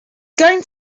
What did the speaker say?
going